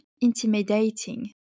intimidating